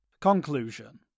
Conclusion